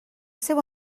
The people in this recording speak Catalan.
seu